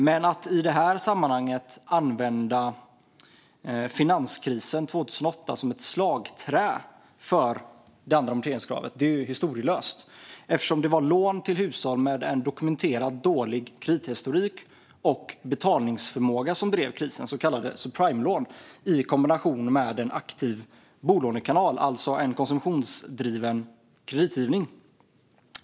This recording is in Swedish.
Men att i detta sammanhang använda finanskrisen 2008 som ett slagträ för det andra amorteringskravet är historielöst, eftersom det var lån till hushåll med en dokumenterat dålig kredithistorik och betalningsförmåga som drev krisen, så kallade subprimelån, i kombination med en aktiv bolånekanal, alltså en konsumtionsdriven kreditgivning.